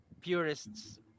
purists